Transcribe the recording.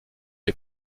est